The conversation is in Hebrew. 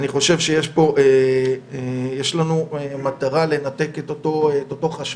ואני חושב שיש לנו מטרה לנתק את אותו חשמל.